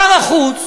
שר החוץ